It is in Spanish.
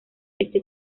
este